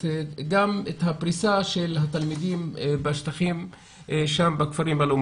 גם את הפריסה של התלמידים בכפרים הלא-מוכרים.